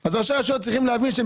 אז ראשי הרשויות צריכים להבין שהם